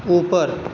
ऊपर